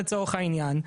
לצורך העניין,